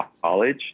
college